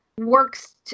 works